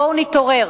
בואו נתעורר,